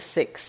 six